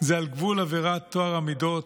זה על גבול עבירת טוהר המידות.